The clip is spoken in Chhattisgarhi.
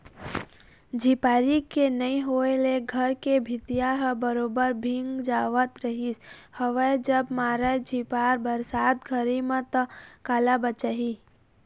झिपारी के नइ होय ले घर के भीतिया ह बरोबर भींग जावत रिहिस हवय जब मारय झिपार बरसात घरी म ता काला बचही